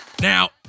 Now